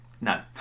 No